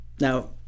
now